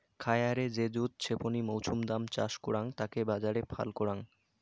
খায়ারে যে দুধ ছেপনি মৌছুদাম চাষ করাং তাকে বাজারে ফাল করাং